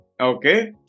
Okay